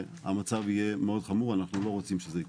המצב יהיה מאוד חמור, אנחנו לא רוצים שזה יקרה.